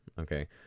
okay